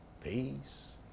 peace